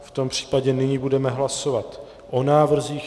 V tom případě nyní budeme hlasovat o návrzích.